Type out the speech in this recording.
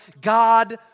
God